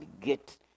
get